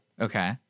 Okay